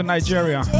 Nigeria